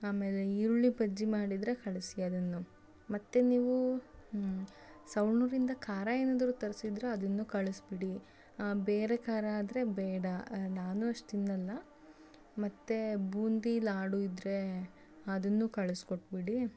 ಆಮೇಲೆ ಈರುಳ್ಳಿ ಬಜ್ಜಿ ಮಾಡಿದ್ದರೆ ಕಳಿಸಿ ಅದನ್ನು ಮತ್ತೆ ನೀವು ಸವಣೂರಿಂದ ಖಾರ ಏನಾದರೂ ತರಿಸಿದ್ರೆ ಅದನ್ನೂ ಕಳಿಸಿಬಿಡಿ ಬೇರೆ ಖಾರ ಆದರೆ ಬೇಡ ನಾನು ಅಷ್ಟು ತಿನ್ನಲ್ಲ ಮತ್ತೆ ಬೂಂದಿ ಲಾಡು ಇದ್ದರೆ ಅದನ್ನೂ ಕಳ್ಸ್ಕೊಟ್ಬಿಡಿ